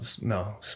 No